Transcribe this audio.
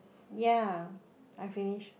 yea I finish